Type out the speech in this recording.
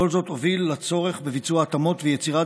כל זאת הוביל לצורך בביצוע התאמות ויצירת